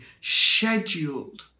scheduled